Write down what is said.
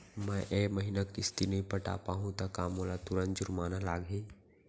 मैं ए महीना किस्ती नई पटा पाहू त का मोला तुरंत जुर्माना लागही?